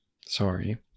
sorry